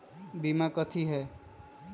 बीमा कथी है?